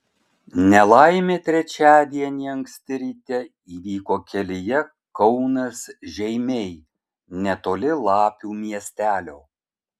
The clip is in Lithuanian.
nelaimė trečiadienį anksti ryte įvyko kelyje kaunas žeimiai netoli lapių miestelio